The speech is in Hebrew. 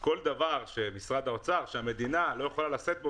שכל דבר שהמדינה לא יכולה לשאת בו